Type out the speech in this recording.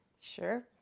Sure